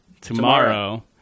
tomorrow